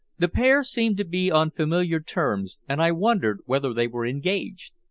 the pair seemed to be on familiar terms, and i wondered whether they were engaged.